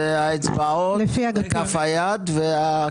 זה האצבעות בכף היד והכתף.